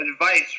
advice